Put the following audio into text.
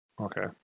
Okay